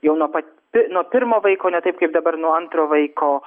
jau nuo pat pi nuo pirmo vaiko ne taip kaip dabar nuo antro vaiko